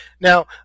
now